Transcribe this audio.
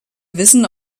wissen